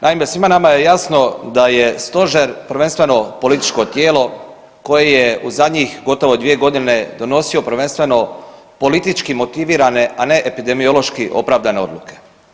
Naime, svima nama je jasno da je Stožer prvenstveno političko tijelo koje je u zadnjih gotovo 2 godine donosio prvenstveno politički motivirane, a ne epidemiološki opravdane odluke.